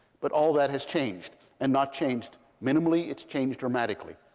but all that has changed, and not changed minimally. it's changed dramatically.